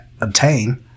obtain